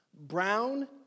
Brown